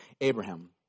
Abraham